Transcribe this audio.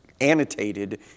annotated